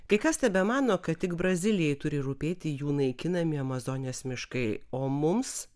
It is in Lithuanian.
kai kas tebemano kad tik brazilijai turi rūpėti jų naikinami amazonės miškai o mums